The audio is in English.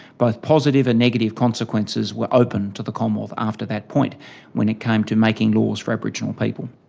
both positive and negative consequences were open to the commonwealth after that point when it came to making laws for aboriginal people.